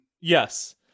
Yes